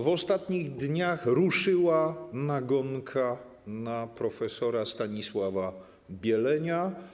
W ostatnich dniach ruszyła nagonka na prof. Stanisława Bielenia.